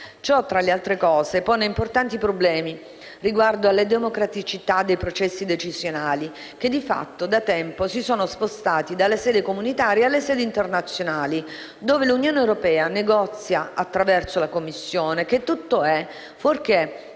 Ciò, tra le altre cose, pone importanti problemi riguardo alla democraticità dei processi decisionali che, di fatto, da tempo si sono spostati dalla sede comunitaria alle sedi internazionali, dove l'Unione europea negozia attraverso la Commissione, che tutto è fuorché